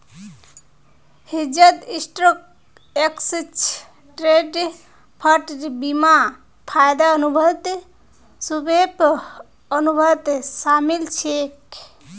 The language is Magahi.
हेजत स्टॉक, एक्सचेंज ट्रेडेड फंड, बीमा, वायदा अनुबंध, स्वैप, अनुबंध शामिल छेक